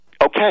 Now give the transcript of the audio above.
Okay